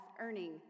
earning